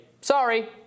sorry